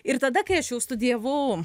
ir tada kai aš jau studijavau